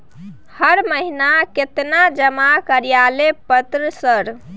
हर महीना केतना जमा कार्यालय पत्र सर?